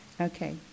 Okay